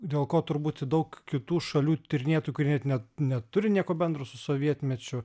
dėl ko turbūt i daug kitų šalių tyrinėtojų kurie net ne neturi nieko bendro su sovietmečiu